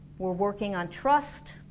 we're working on trust